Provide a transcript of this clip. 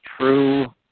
true